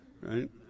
right